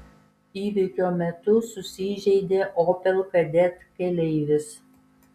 įvykio metu susižeidė opel kadett keleivis